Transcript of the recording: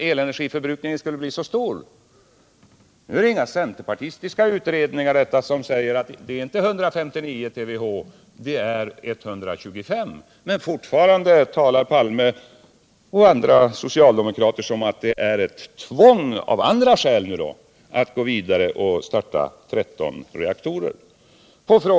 Det är inte centerpartistiska utredningar som har visat att behovet inte kommer att ligga vid 159 TWh, utan vid 125, men trots detta säger herr Palme och andra socialdemokrater att vi är tvungna att gå vidare och starta 13 reaktorer. Det måste i så fall ligga andra skäl bakom det tvånget.